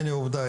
הנה עובדה,